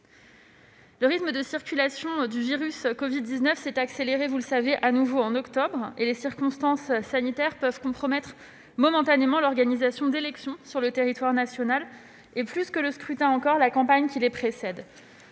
Le rythme de circulation du virus responsable de la covid-19 s'est, comme vous le savez, de nouveau accéléré en octobre et les circonstances sanitaires peuvent compromettre momentanément l'organisation d'élections sur le territoire national- plus que le scrutin encore, la campagne qui les précède.